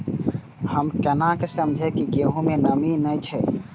हम केना समझये की गेहूं में नमी ने छे?